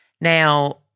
now